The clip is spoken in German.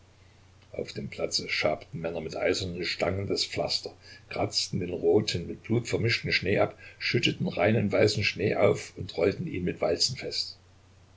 auf dem platze schabten männer mit eisernen stangen das pflaster kratzten den roten mit blut vermischten schnee ab schütteten reinen weißen schnee auf und rollten ihn mit walzen fest